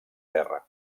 terra